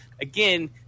again